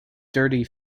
dirty